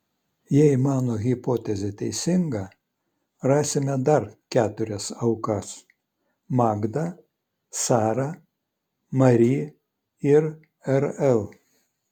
jei mano hipotezė teisinga rasime dar keturias aukas magdą sarą mari ir rl